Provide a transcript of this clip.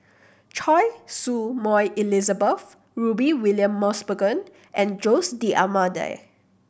Choy Su Moi Elizabeth Rudy William Mosbergen and Jose D'Almeida